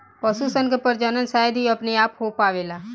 पशु सन के प्रजनन शायद ही अपने आप हो पावेला